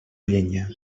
llenya